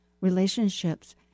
relationships